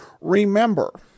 remember